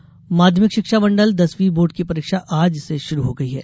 board परीक्षा माध्यमिक शिक्षा मंडल दसवीं बोर्ड की परीक्षा आज से शुरू हो गई है